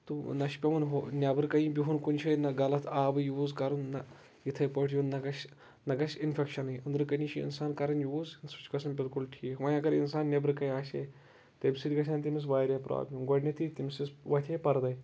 تہٕ نہ چھُ پیٚوان نٮ۪برٕ کَنہِ بِہُن کُنہِ جایہِ نہ غلط آبٕے یوٗز کَرُن نہ یِتھٕے پٲٹھۍ یُن نہ گژھِ اِنفیکشنٕے أنٛدرٕ کَنہِ چھُ اِنسان کران یوٗز سُہ چھُ گژھان بِالکُل ٹھیٖک وۄنۍ اَگر اِنسان نٮ۪برٕ کٔنۍ آسہِ ہا تَمہِ سۭتۍ گژھِ ہا واریاہ برابلِم گۄڈٕنیٚتھٕے تٔمِس وۄتھہِ ہا پردے